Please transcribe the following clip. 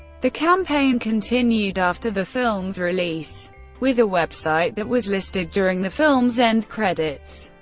the campaign continued after the film's release with a website that was listed during the film's end credits.